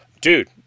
Dude